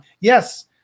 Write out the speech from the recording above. Yes